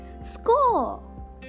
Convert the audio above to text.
Score